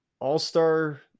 all-star